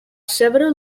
several